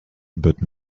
but